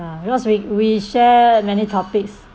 because we we share many topics